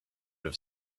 have